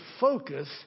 focus